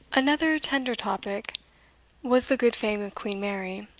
another tender topic was the good fame of queen mary,